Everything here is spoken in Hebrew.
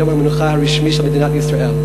יום המנוחה הרשמי של מדינת ישראל.